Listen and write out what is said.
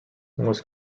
was